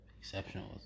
exceptional